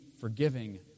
forgiving